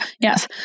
Yes